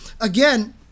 again